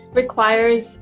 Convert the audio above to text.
requires